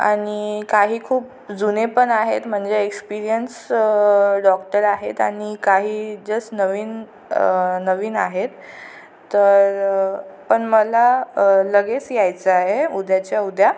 आणि काही खूप जुने पण आहेत म्हणजे एक्सपीरियन्स डॉक्टर आहेत आणि काही जस नवीन नवीन आहेत तर पण मला लगेच यायचं आहे उद्याच्या उद्या